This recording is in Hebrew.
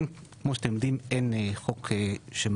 או חוק יסוד: החקיקה,